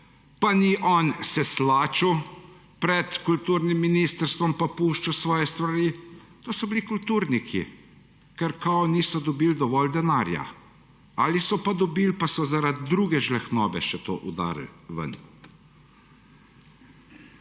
pa ni on se slačil pred kulturnim ministrstvom pa puščal svoje stvari. To so bili kulturniki, ker »kao« niso dobil dovolj denarja. Ali pa so dobili, pa so zaradi druge žlehtnobe še to udarili ven.